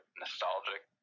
nostalgic